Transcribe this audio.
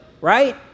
right